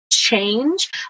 change